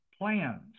plans